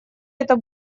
это